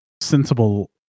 sensible